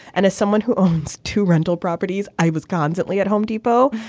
and as someone who owns two rental properties i was constantly at home depot.